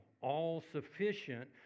all-sufficient